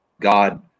God